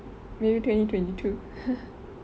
maybe twenty twenty two